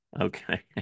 Okay